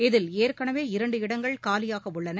இதில் ஏற்கெனவே இரண்டு இடங்கள் காலியாகஉள்ளன